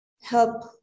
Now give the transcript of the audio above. help